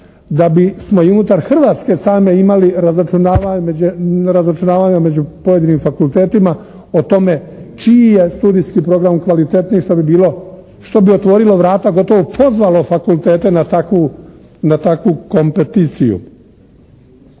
da bismo i unutar Hrvatske same imali razračunavanja među pojedinim fakultetima o tome čiji je studijski program kvalitetniji, što bi bilo, što bi otvorilo vrata gotovo pozvalo fakultete na takvu kompeticiju.